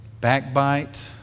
backbite